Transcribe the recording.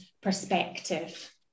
perspective